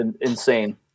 Insane